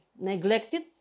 neglected